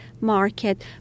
market